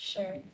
Sure